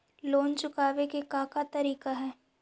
Loan चुकावे के का का तरीका हई?